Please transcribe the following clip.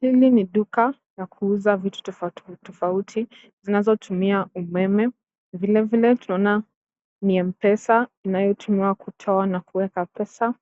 Hili ni duka la kuuza vitu tofauti tofauti, zinazotumia umeme vilevile tunaona ni MPESA inayotumiwa kutoa na kuweka pesa,